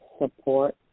support